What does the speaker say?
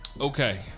Okay